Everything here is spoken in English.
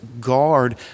guard